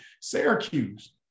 Syracuse